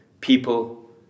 people